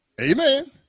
Amen